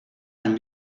amb